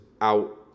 out